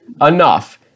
enough